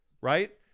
right